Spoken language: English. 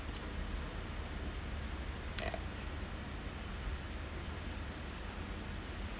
ya